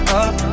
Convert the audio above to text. up